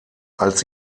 als